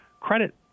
credit